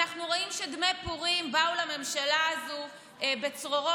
אנחנו רואים שדמי פורים באו לממשלה הזו בצרורות,